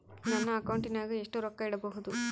ನನ್ನ ಅಕೌಂಟಿನಾಗ ಎಷ್ಟು ರೊಕ್ಕ ಇಡಬಹುದು?